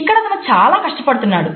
ఇక్కడ అతను చాలా కష్టపడుతున్నాడు